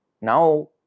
now